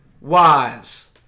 wise